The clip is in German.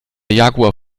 jaguar